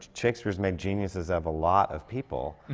shakespeare's made geniuses of a lot of people.